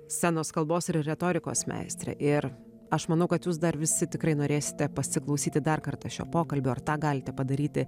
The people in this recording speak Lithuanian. scenos kalbos ir retorikos meistrė ir aš manau kad jūs dar visi tikrai norėsite pasiklausyti dar kartą šio pokalbio ir tą galite padaryti